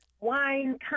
wine